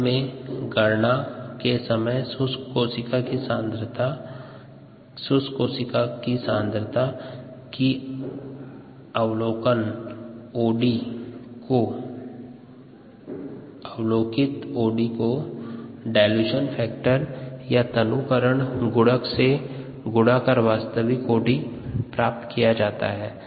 अंत में गणना के समय शुष्क कोशिका सांद्रता की अवलोकित ओडी को डाइल्यूशन फैक्टर या तनुकरण गुणक से गुणा कर वास्तविक ओडी प्राप्त किया जाता है